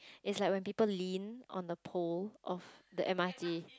is like when people lean on the pole of the m_r_t